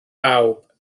bawb